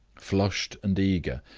flushed and eager,